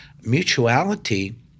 Mutuality